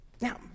now